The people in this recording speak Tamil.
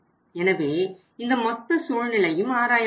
எனவே இந்த மொத்த சூழ்நிலையும் ஆராயப்பட்டன